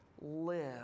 live